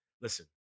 listen